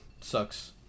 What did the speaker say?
sucks